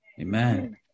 Amen